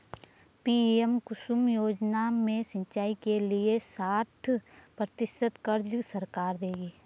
PM Kusum योजना में सिंचाई के लिए साठ प्रतिशत क़र्ज़ सरकार देगी